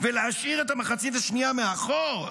ולהשאיר את המחצית השנייה מאחור?